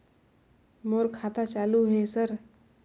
मोर खाता चालु हे सर?